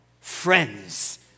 Friends